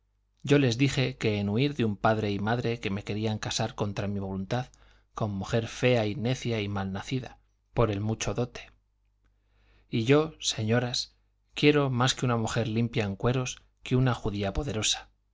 yo les dije que en huir de un padre y madre que me querían casar contra mi voluntad con mujer fea y necia y mal nacida por el mucho dote y yo señoras quiero más una mujer limpia en cueros que una judía poderosa